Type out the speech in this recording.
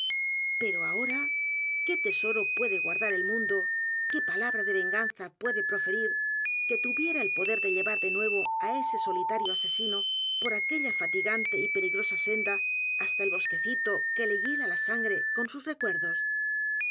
pero ahora qué tesoro puede g u a r d a r el mundo qué palabra de venganza puede proferir que tuviera el poder de llevar de nuevo á ese solitario asesino por aquella fati gante y peligrosa senda hasta el bosquecito que le hiela la sangre con sus r